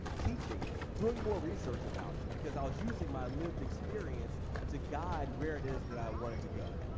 teaching it, doing more research about it because i was using my lived experience to guide where it is that i wanted to go.